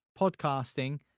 Podcasting